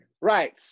Right